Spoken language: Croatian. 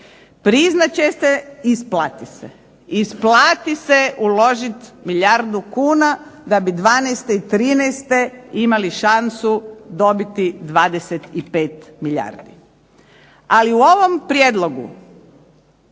Priznat ćete isplati se. Isplati se uložiti milijardu kuna da bi 2012. i 2013. imali šansu dobiti 25 milijardi. Ali u ovom prijedlogu